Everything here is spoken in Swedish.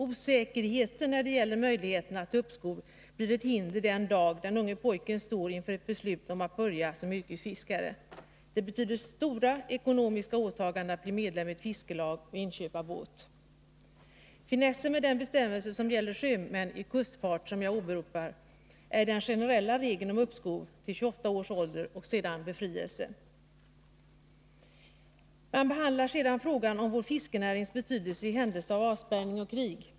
Osäkerheten när det gäller möjligheterna till uppskov blir ett hinder den dag den unge pojken står inför ett beslut om att börja som yrkesfiskare. Det betyder stora ekonomiska åtaganden att bli medlem i ett fiskelag och inköpa båt. Finessen med den bestämmelse som gäller sjömän i kustfart som jag åberopar är den generella regeln om uppskov till 28 års ålder och därefter befrielse. Utskottet behandlar sedan frågan om vår fiskerinärings betydelse i händelse av avspärrning och krig.